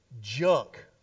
junk